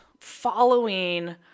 following